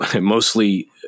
mostly